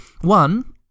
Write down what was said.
One